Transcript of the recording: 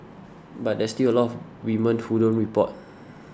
but there's still a lot of women who don't report